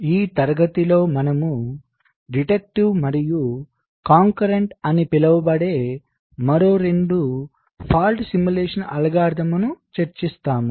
ఈ తరగతిలో మనము తగ్గింపు మరియు ఏకకాలిక అని పిలువబడే మరో 2 తప్పు అనుకరణ అల్గారిథమ్లను చర్చిస్తాము